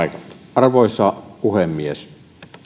arvoisa puhemies